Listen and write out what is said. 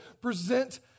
present